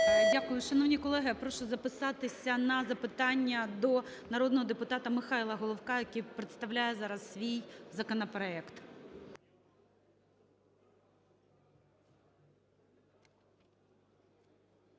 Дякую. Шановні колеги, я прошу записатися на запитання до народного депутата Михайла Головка, який представляє зараз свій законопроект.